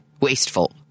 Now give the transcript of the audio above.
wasteful